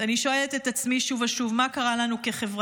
אני שואלת את עצמי שוב ושוב, מה קרה לנו כחברה?